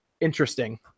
interesting